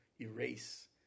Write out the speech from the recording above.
erase